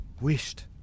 Wished